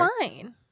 fine